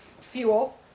fuel